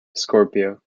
scorpio